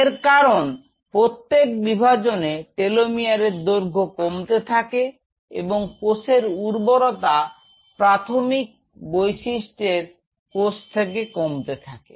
এর কারণ প্রত্যেক বিভাজনে টেলোমিয়ার এর দৈর্ঘ্য কমতে থাকে এবং কোষের উর্বরতা প্রাথমিক বৈশিষ্ট্যের কোষ থেকে কমতে থাকে